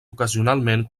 ocasionalment